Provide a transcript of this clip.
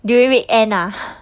during weekend ah